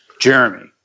jeremy